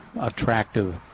attractive